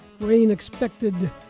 rain-expected